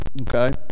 Okay